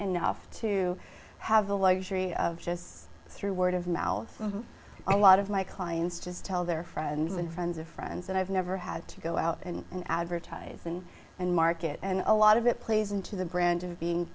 enough to have the luxury of just through word of mouth a lot of my clients just tell their friends and friends of friends that i've never had to go out and in advertising and market and a lot of it plays into the brand of being